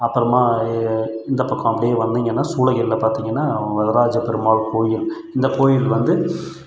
அப்புறமா இந்த பக்கம் அப்படியே வந்திங்கன்னால் சூளகிரியில் பார்த்திங்கன்னா வரதராஜப் பெருமாள் கோயில் இந்த கோயில் வந்து